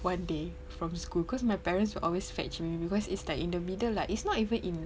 one day from school cause my parents will always fetch me cause it's like in the middle like it's not even in